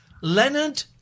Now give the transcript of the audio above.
Leonard